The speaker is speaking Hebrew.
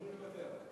אני מוותר.